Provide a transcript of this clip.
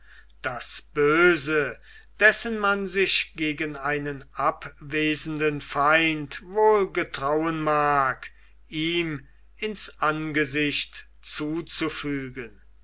das böse dessen man sich gegen einen abwesenden feind wohl getrauen mag ihm ins angesicht zuzufügen